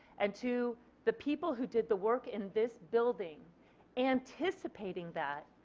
and to the people who did the work in this building anticipating that.